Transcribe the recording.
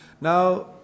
Now